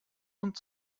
und